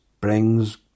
brings